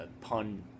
Pun